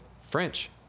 French